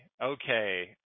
Okay